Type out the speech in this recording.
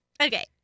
Okay